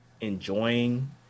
enjoying